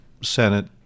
Senate